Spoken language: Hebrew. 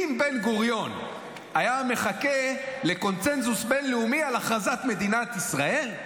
אם בן-גוריון היה מחכה לקונסנזוס בין-לאומי על הכרזת מדינת ישראל,